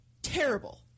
terrible